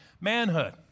manhood